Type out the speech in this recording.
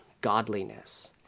godliness